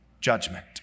judgment